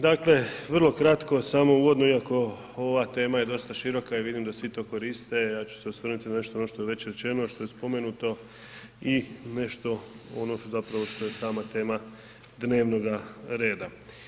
Dakle, vrlo kratko samo uvodno, iako ova tema je dosta široka i vidim da svi to koriste, ja ću se osvrnuti na nešto ono što je već rečeno, što je spomenuto i nešto ono što zapravo je sama tema dnevnoga reda.